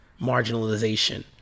marginalization